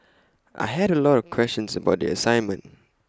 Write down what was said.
I had A lot of questions about the assignment